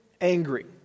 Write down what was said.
angry